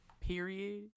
period